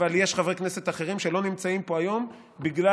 אבל יש חברי כנסת אחרים שלא נמצאים פה היום בגלל